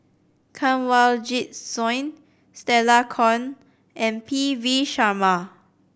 Kanwaljit Soin Stella Kon and P V Sharma